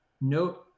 no